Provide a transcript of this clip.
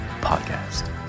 podcast